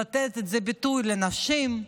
לתת ביטוי לנשים,